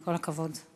כל הכבוד.